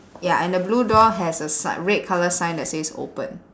ya and the blue door has a sig~ red colour sign that says open